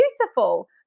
beautiful